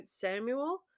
Samuel